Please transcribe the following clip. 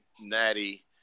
Natty